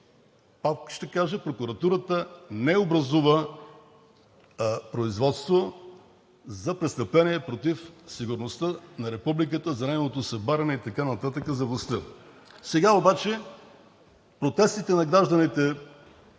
Пак ще кажа, прокуратурата не образува производство за престъпление против сигурността на републиката, за нейното събаряне и така нататък, за властта. Сега обаче протестите на гражданите